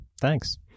Thanks